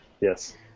Yes